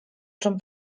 czym